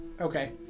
Okay